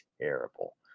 terrible